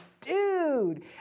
dude